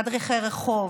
מדריכי רחוב,